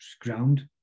ground